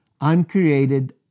uncreated